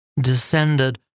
descended